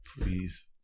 Please